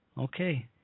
okay